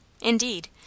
Indeed